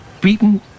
beaten